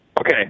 Okay